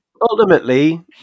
Ultimately